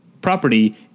property